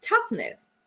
toughness